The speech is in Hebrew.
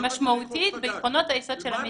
ומשמעותית בעקרונות היסוד של המדינה.